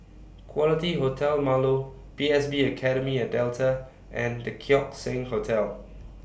Quality Hotel Marlow P S B Academy At Delta and The Keong Saik Hotel